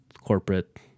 corporate